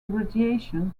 radiation